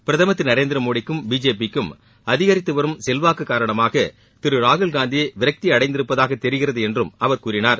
பிரதமர் திரு நரேந்திர மோடிக்கும் பிஜேபிக்கும் அதிகரித்து வரும் செல்வாக்கு காரணமாக திரு ராகுல் காந்தி விரக்தியடைந்திருப்பதாக தெரிகிறது என்றும் அவர் கூறினார்